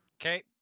Okay